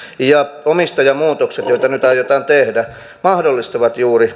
ja kun omistajamuutokset joita nyt aiotaan tehdä mahdollistavat juuri